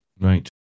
Right